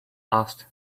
asked